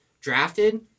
drafted